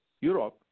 Europe